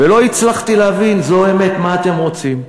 ולא הצלחתי להבין, זו האמת, מה אתם רוצים.